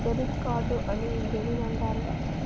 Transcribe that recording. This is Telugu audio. డెబిట్ కార్డు అని దేనిని అంటారు?